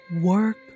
work